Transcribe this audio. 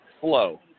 flow